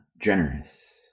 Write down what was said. generous